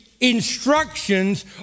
instructions